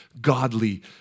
godly